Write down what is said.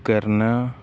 ਕਰਨਾ